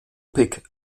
pick